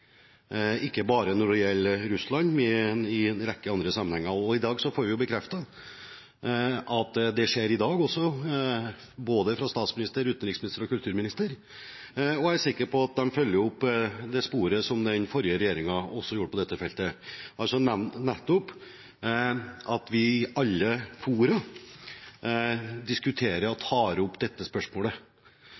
ikke bare når det gjelder Russland, men også i en rekke andre sammenhenger. I dag får vi bekreftet – fra statsministeren, utenriksministeren og kulturministeren – at det skjer i dag, og jeg er sikker på at de følger det sporet som også den forrige regjeringen fulgte på dette feltet, nemlig at vi i alle fora diskuterer og tar opp dette spørsmålet,